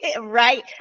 Right